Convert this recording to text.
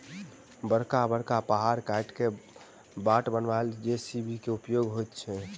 बड़का बड़का पहाड़ काटि क बाट बनयबा मे जे.सी.बी के उपयोग होइत छै